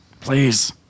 Please